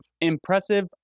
Impressive